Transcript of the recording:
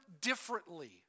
differently